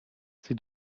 sie